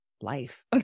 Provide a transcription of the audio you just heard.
life